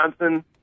Johnson